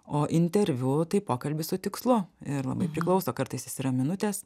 o interviu tai pokalbis su tikslu ir labai priklauso kartais jis yra minutės